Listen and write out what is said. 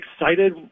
excited